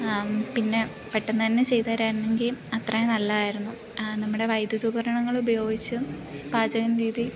പിന്നെ പെട്ടെന്നു തന്നെ ചെയ്തുതരായിരുന്നെങ്കിൽ അത്രേം നല്ലതായിരുന്നു നമ്മുടെ വൈദ്യുതി ഉപകരണങ്ങൾ ഉപയോഗിച്ചും പാചകം രീതി